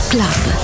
Club